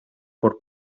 por